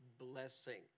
blessing